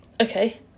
Okay